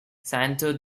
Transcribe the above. santo